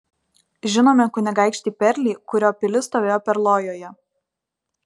žinome kunigaikštį perlį kurio pilis stovėjo perlojoje